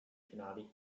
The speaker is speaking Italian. finali